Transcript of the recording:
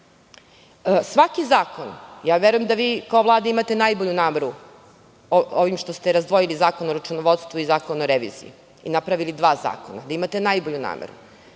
zakon, verujem da vi kao Vlada imate najbolju nameru ovim što ste razdvojili Zakon o računovodstvu i Zakon o reviziji i napravili dva zakona, da imate najbolju nameru